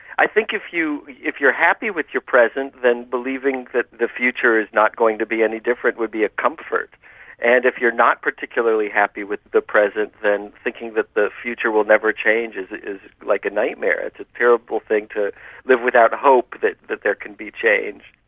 i think if you're happy with your present, then believing that the future is not going to be any different would be a comfort and if you're not particularly happy with the present, then thinking that the future will never change is is like a nightmare, it's a terrible thing to live without hope that that there can be change.